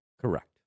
correct